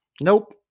Nope